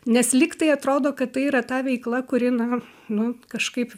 nes lyg tai atrodo kad tai yra ta veikla kuri na nu kažkaip